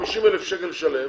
מקבל 50 אלף שקל לשלם,